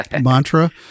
mantra